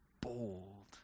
bold